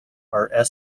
are